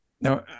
Now